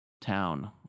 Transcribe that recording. town